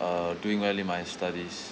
uh doing well in my studies